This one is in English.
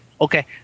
Okay